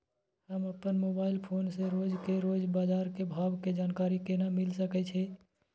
हम अपन mobile phone से रोज के रोज बाजार के भाव के जानकारी केना मिल सके छै?